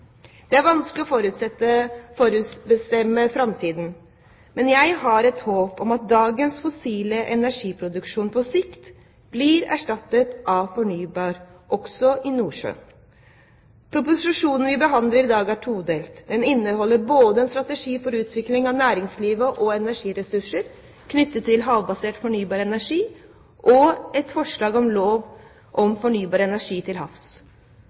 Det er vanskelig å forutbestemme framtiden, men jeg har et håp om at dagens fossile energiproduksjon på sikt blir erstattet av fornybar, også i Nordsjøen. Proposisjonen vi behandler i dag, er todelt. Den inneholder både en strategi for utvikling av næringsliv og energiressurser knyttet til havbasert fornybar energi og et forslag til lov om fornybar energi til havs.